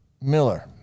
Miller